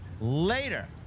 later